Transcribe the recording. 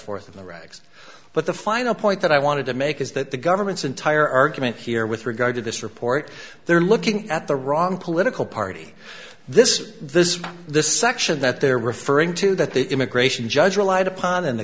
regs but the final point that i wanted to make is that the government's entire argument here with regard to this report they're looking at the wrong political party this this is the section that they're referring to that the immigration judge relied upon and the